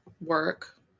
work